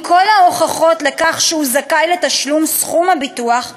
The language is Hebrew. עם כל ההוכחות לכך שהוא זכאי לתשלום סכום הביטוח,